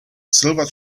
silver